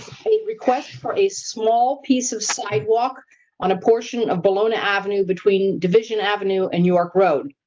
request for a small piece of sidewalk on a portion of bellona avenue between division avenue and york road.